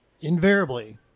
invariably